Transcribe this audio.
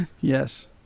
Yes